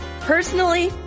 Personally